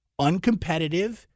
Uncompetitive